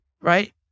right